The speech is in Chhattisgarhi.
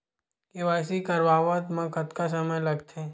के.वाई.सी करवात म कतका समय लगथे?